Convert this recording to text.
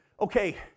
okay